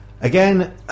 again